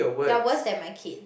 you're worse than my kid